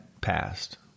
passed